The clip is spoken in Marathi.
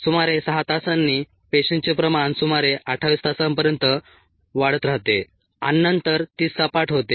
सुमारे 6 तासांनी पेशींचे प्रमाण सुमारे 28 तासांपर्यंत वाढत राहते आणि नंतर ती सपाट होते